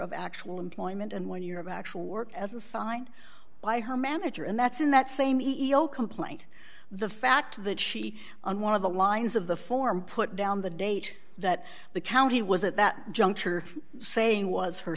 of actual employment and when you have actual work as assigned by her manager and that's in that same eco complaint the fact that she on one of the lines of the form put down the date that the county was at that juncture saying was her